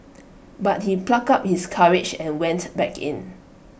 but he plucked up his courage and went back in